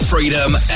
Freedom